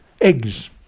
eggs